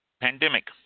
Pandemic